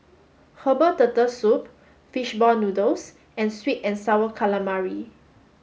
herbal turtle soup fish ball noodles and sweet and sour calamari